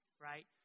right